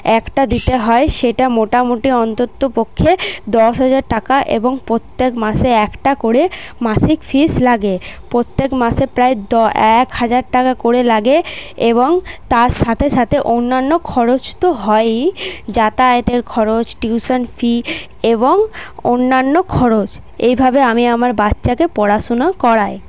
একটা দিতে হয় সেটা মোটামুটি অন্তত পক্ষে দশ হাজার টাকা এবং প্রত্যেক মাসে একটা করে মাসিক ফিজ লাগে প্রত্যেক মাসে প্রায় এক হাজার টাকা করে লাগে এবং তার সাথে সাথে অন্যান্য খরচ তো হয়ই যাতায়াতের খরচ টিউশন ফি এবং অন্যান্য খরচ এভাবে আমি আমার বাচ্চাকে পড়াশোনা করাই